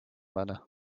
мене